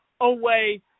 away